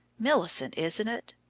millicent, isn't it?